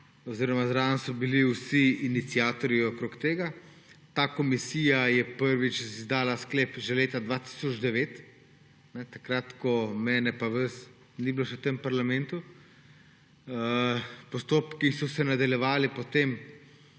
oziroma zraven so bili vsi iniciatorji okrog tega. Ta komisija je prvič izdala sklep že leta 2009, takrat, ko mene pa vas ni bilo še v tem parlamentu. Postopki so se nadaljevali potem